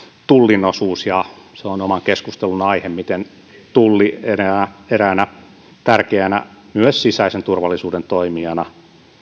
tullin osuus ja se on oman keskustelunsa aihe miten tulli myös eräänä tärkeänä sisäisen turvallisuuden toimijana